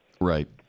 Right